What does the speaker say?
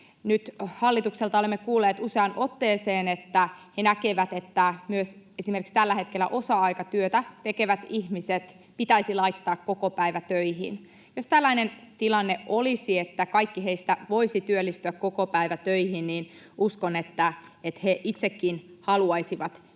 Nyt hallitukselta olemme kuulleet useaan otteeseen, että he näkevät, että myös esimerkiksi tällä hetkellä osa-aikatyötä tekevät ihmiset pitäisi laittaa kokopäivätöihin. Jos tällainen tilanne olisi, että kaikki heistä voisivat työllistyä kokopäivätöihin, niin uskon, että he itsekin haluaisivat